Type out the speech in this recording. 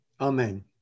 Amen